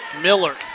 Miller